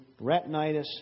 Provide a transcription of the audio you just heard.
retinitis